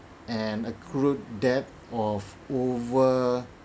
and accrued debt of over